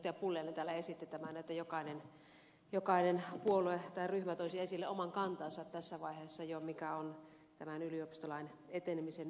pulliainen täällä esitti että jokainen puolue tai ryhmä toisi esille oman kantansa jo tässä vaiheessa tämän yliopistolain etenemisen suhteen